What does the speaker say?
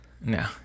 No